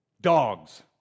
dogs